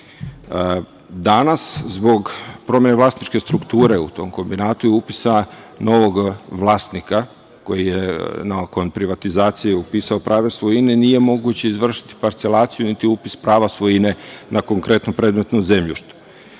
Danas, zbog promene vlasničke strukture u tom kombinatu upisa novog vlasnika koji je nakon privatizacije upisao pravo svojine nije moguće izvršiti parcelaciju niti upis prava svojine na konkretnom predmetnom zemljištu. Ovakav